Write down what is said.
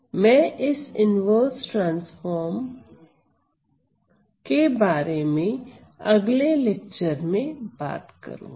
मैं इस inverse transform के बारे में अगले लेक्चर में बात करूंगा